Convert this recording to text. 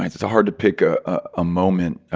it's it's hard to pick a ah ah moment.